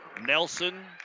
Nelson